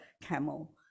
camel